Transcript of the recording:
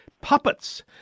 puppets